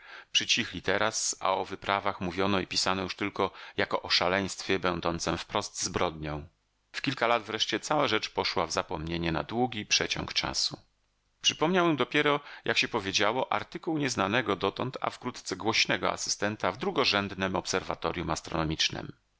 komunikacji przycichli teraz a o wyprawach mówiono i pisano już tylko jako o szaleństwie będącem wprost zbrodnią w kilka lat wreszcie cała rzecz poszła w zapomnienie na długi przeciąg czasu przypomniał ją dopiero jak się powiedziało artykuł nieznanego dotąd a wkrótce głośnego asystenta w drugorzędnem obserwatorjum